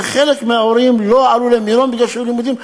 וחלק מההורים לא עלו למירון כי היו לימודים.